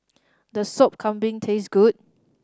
does Sop Kambing taste good